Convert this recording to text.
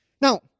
Now